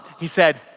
he said,